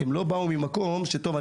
הם לא באו ממקום שאומר: טוב,